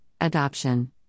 adoption